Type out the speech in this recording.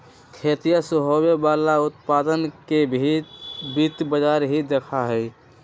खेतीया से होवे वाला उत्पादन के भी वित्त बाजार ही देखा हई